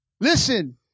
Listen